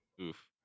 Oof